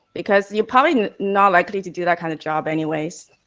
because you're probably not likely to do that kind of job anyways.